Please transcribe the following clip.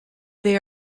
they